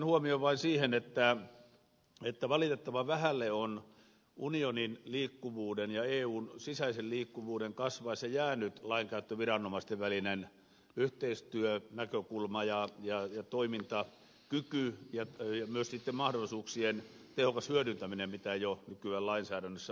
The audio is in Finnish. kiinnitän vain huomion siihen että valitettavan vähälle on unionin liikkuvuuden ja eun sisäisen liikkuvuuden kasvaessa jäänyt lainkäyttöviranomaisten välinen yhteistyönäkökulma ja toimintakyky ja myös mahdollisuuksien tehokas hyödyntäminen mitä jo nykyään lainsäädännössä on